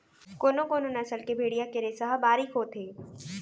कोनो कोनो नसल के भेड़िया के रेसा ह बारीक होथे